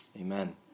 Amen